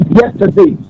yesterday